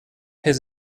his